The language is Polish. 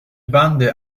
bandy